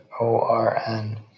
O-R-N